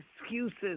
Excuses